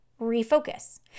refocus